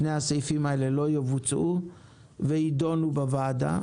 שני הסעיפים האלה לא יבוצעו ויידונו בוועדה.